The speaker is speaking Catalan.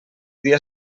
dia